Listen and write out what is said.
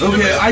Okay